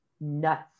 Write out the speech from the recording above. Nuts